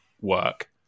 work